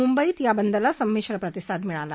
मुंबईत या बंदला संमिश्र प्रतिसाद मिळाला